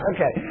Okay